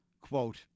quote